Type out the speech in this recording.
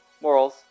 morals